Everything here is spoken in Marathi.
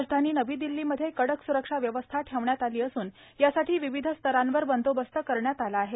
राजधानी नवी दिल्लीमध्ये कडक सुरक्षा व्यवस्था ठेवण्यात आली असून यासाठी विविध स्तरांवर बंदोबस्त करण्यात आला आहे